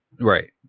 Right